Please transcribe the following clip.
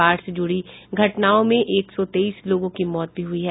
बाढ़ से जुड़ी घटनाओं में एक सौ तेईस लोगों की मौत भी हुई है